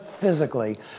physically